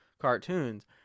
cartoons